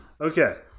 Okay